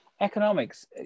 Economics